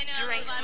Drink